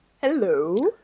hello